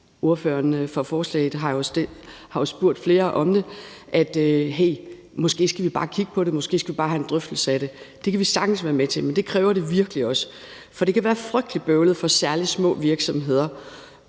Ordførerne på forslaget har jo spurgt flere om det og sagt, at vi måske bare skal kigge på det, måske bare have en drøftelse af det. Det kan vi sagtens være med til, men det kræver det virkelig også. For det kan være frygtelig bøvlet for særlig små virksomheder